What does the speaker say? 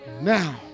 Now